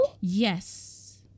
Yes